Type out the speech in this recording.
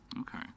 Okay